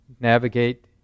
navigate